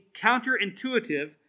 counterintuitive